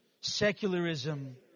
secularism